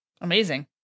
Amazing